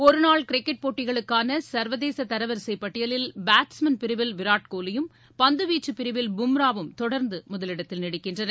ஒருநாள் கிரிக்கெட் போட்டிகளுக்கான சர்வதேச தரவரிசைப் பட்டியலில் பேட்ஸ்மேன் பிரிவில் விராட்கோலியும் பந்துவீச்சுப் பிரிவில் பும்ராவும் தொடர்ந்து முதலிடத்தில் நீடிக்கின்றனர்